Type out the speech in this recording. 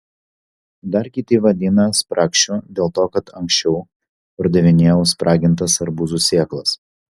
dar kiti vadina spragšiu dėl to kad anksčiau pardavinėjau spragintas arbūzų sėklas